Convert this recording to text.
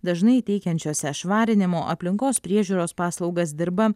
dažnai teikiančiose švarinimo aplinkos priežiūros paslaugas dirba